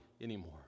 anymore